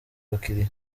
abakiriya